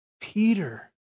Peter